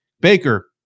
Baker